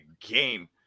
game